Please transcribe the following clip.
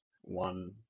one